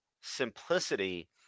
simplicity